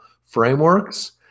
frameworks